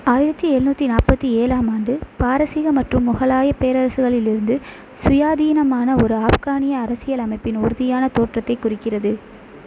ஆயிரத்தி எழுநூத்தி நாற்பத்தி ஏழாம் ஆண்டு பாரசீக மற்றும் முகலாயப் பேரரசுகளில் இருந்து சுயாதீனமான ஒரு ஆஃப்கானிய அரசியல் அமைப்பின் உறுதியான தோற்றத்தைக் குறிக்கிறது